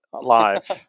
live